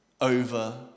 over